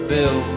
Bill